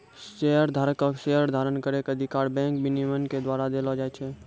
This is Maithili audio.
शेयरधारक के शेयर धारण करै के अधिकार बैंक विनियमन के द्वारा देलो जाय छै